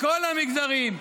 מכל המגזרים.